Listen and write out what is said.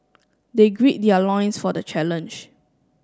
they grid their loins for the challenge